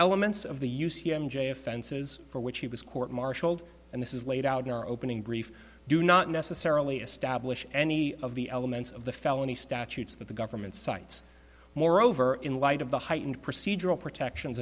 elements of the use offenses for which he was court martialed and this is laid out in our opening brief do not necessarily establish any of the elements of the felony statutes that the government sites moreover in light of the heightened procedural protections